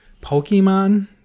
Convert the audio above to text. pokemon